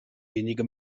wenige